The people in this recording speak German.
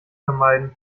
vermeiden